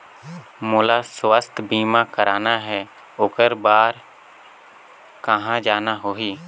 मोला स्वास्थ बीमा कराना हे ओकर बार कहा जाना होही?